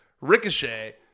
Ricochet